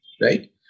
right